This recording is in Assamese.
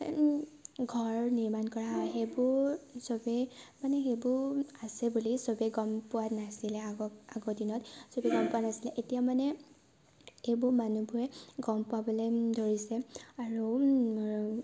ঘৰ নিৰ্মাণ কৰা আৰ্হি সেইবোৰ চবেই মানে সেইবোৰ আছে বুলি চবেই গম পোৱা নাছিলে আগৰ আগৰ দিনত চবেই গম পোৱা নাছিলে এতিয়া মানে এইবোৰ মানুহবোৰে গম পাবলৈ ধৰিছে আৰু